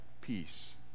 peace